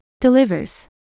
delivers